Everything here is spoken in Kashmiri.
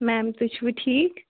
میم تُہۍ چھِوٕ ٹھیٖک